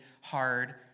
hard